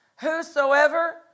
whosoever